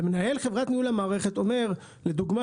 ומנהל חברת ניהול המערכת אומר לדוגמה